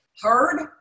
heard